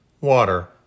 water